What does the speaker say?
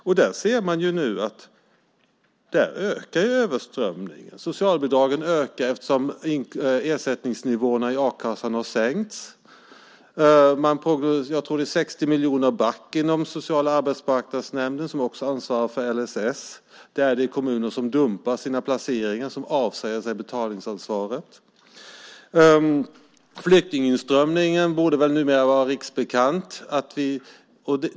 Och där ser man nu att överströmningen ökar. Socialbidragen ökar eftersom ersättningsnivåerna i a-kassan har sänkts. Jag tror att man är 60 miljoner back inom social och arbetsmarknadsnämnden, som också ansvarar för LSS. Det är kommuner som dumpar sina placeringar, som avsäger sig betalningsansvaret. Flyktinginströmningen borde numera vara riksbekant.